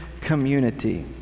community